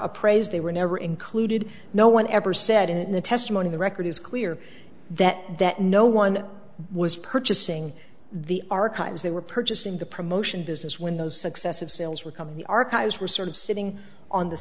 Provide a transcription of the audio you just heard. appraised they were never included no one ever said in the testimony the record is clear that that no one was purchasing the archives they were purchasing the promotion business when those successive sales were coming the archives were sort of sitting on the